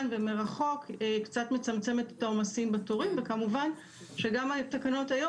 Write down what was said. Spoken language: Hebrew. ומרחוק קצת מצמצמת את העומסים בתורים וכמובן שגם התקנות היום